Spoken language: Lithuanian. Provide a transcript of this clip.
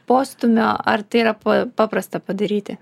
postūmio ar tai yra paprasta padaryti